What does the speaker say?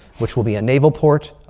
which will be a naval port.